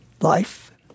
life